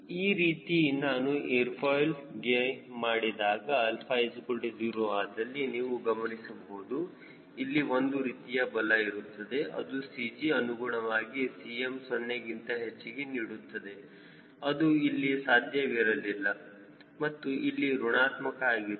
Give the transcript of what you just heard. ಈ ರೀತಿ ನಾನು ಏರ್ ಫಾಯ್ಲ್ಗ ಮಾಡಿದಾಗ 𝛼 0 ಆದಲ್ಲಿ ನೀವು ಗಮನಿಸಬಹುದು ಇಲ್ಲಿ ಒಂದು ರೀತಿಯ ಬಲ ಇರುತ್ತದೆ ಅದು CG ಅನುಗುಣವಾಗಿ Cm 0 ಗಿಂತ ಹೆಚ್ಚಿಗೆ ನೀಡುತ್ತದೆ ಅದು ಇಲ್ಲಿ ಸಾಧ್ಯವಿರಲಿಲ್ಲ ಮತ್ತು ಇಲ್ಲಿ ಋಣಾತ್ಮಕ ಆಗಿತ್ತು